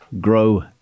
grow